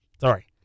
Sorry